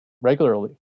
regularly